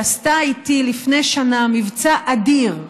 שעשתה איתי לפני שנה מבצע אדיר,